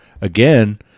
again